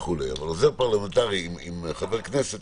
עוזר פרלמנטרי עם חבר כנסת.